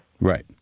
Right